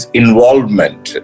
involvement